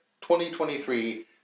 2023